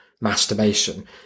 masturbation